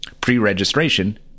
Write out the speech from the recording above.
Pre-registration